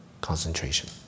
concentration